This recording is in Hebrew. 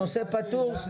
הנושא פתור.